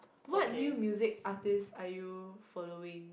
what new music artist are you following